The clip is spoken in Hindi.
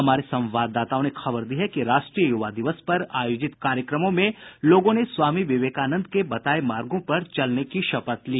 हमारे संवाददाताओं ने खबर दी है कि राष्ट्रीय युवा दिवस पर आयोजित कार्यक्रमों में लोगों ने स्वामी विकेकानंद के बताये मार्गों पर चलने की शपथ ली